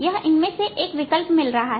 यह इनमें से एक विकल्प से मिल रहा है